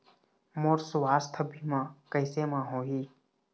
मोर सुवास्थ बीमा कैसे म होही?